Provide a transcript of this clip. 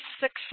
six